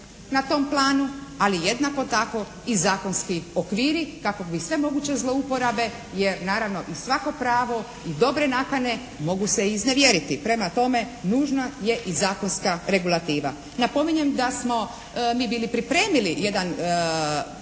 na tom planu, ali jednako tako i zakonski okviri kako bi sve moguće zlouporabe jer naravno i svako pravo i dobre nakane mogu se iznevjeriti. Prema tome nužna je i zakonska regulativa. Napominjem da smo mi bili pripremili jedan